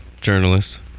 journalist